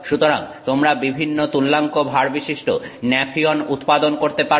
সুতরাং তোমরা বিভিন্ন তুল্যাঙ্ক ভারবিশিষ্ট ন্যাফিয়ন উৎপাদন করতে পারবে